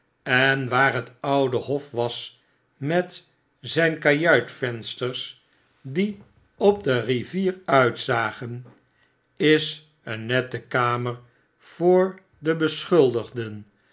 en waar het oude hof was met zfln kajuitvensters die op de rivier uitzagen is een nette kamer voor de beschuldigden